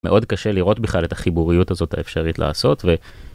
מאוד קשה לראות בכלל את החיבוריות הזאת האפשרית לעשות ו...